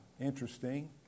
interesting